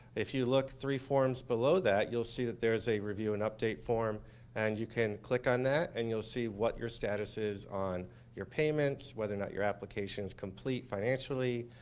if you look three forms below that you will see that there's a review and update form and you can click on that, and you will see what your status is on your payments, whether or not your application is complete financially,